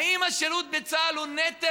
האם השירות בצה"ל הוא נטל,